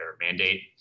mandate